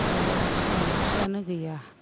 नङाबा जोंहा उन्न'तिआनो गैया